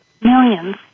millions